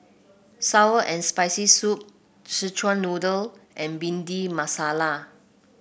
sour and Spicy Soup Szechuan Noodle and Bhindi Masala